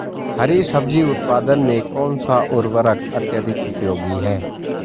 हरी सब्जी उत्पादन में कौन सा उर्वरक अत्यधिक उपयोगी है?